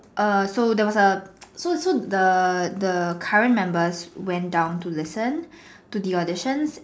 err there was err so so the the current members went down to listen to the auditions